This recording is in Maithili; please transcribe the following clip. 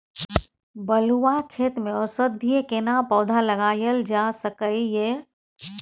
बलुआ खेत में औषधीय केना पौधा लगायल जा सकै ये?